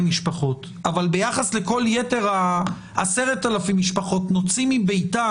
חכמים בלילה אותם נציגי הגופים המוסדיים.